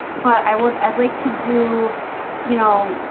but i would i'd like to do you know?